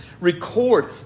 record